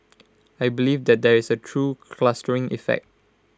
I believe there there is A true clustering effect